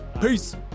Peace